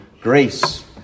grace